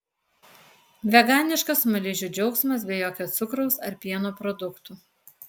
veganiškas smaližių džiaugsmas be jokio cukraus ar pieno produktų